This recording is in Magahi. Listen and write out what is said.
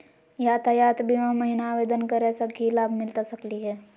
यातायात बीमा महिना आवेदन करै स की लाभ मिलता सकली हे?